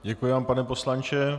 Děkuji vám, pane poslanče.